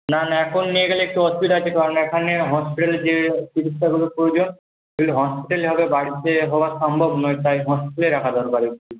না না এখন নিয়ে গেলে একটু অসুবিধা আছে কারণ এখানে হসপিটালে যে চিকিৎসাগুলো প্রয়োজন সেগুলো হসপিটালে হবে বাড়িতে হওয়া সম্ভব না তাই হসপিটালে রাখা দরকার একটু